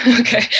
Okay